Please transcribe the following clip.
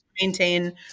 maintain